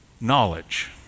knowledge